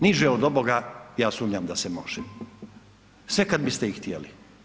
Niže od ovoga, ja sumnjam da može sve kad biste i htjeli.